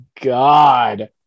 God